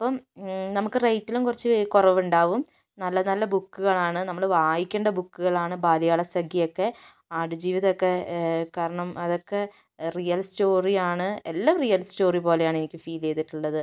ഇപ്പം നമുക്ക് റേറ്റിലും കുറച്ച് കുറവുണ്ടാകും നല്ല നല്ല ബുക്കുകളാണ് നമ്മൾ വായിക്കേണ്ട ബുക്കുകളാണ് ബാല്യകാല സഖിയൊക്കെ ആടുജീവിതമൊക്കെ കാരണം അതൊക്കെ റിയൽ സ്റ്റോറിയാണ് എല്ലാം റിയൽ സ്റ്റോറി പോലെയാണ് എനിക്ക് ഫീൽ ചെയ്തിട്ടുള്ളത്